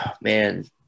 man